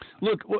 Look